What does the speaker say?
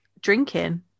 drinking